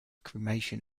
cremation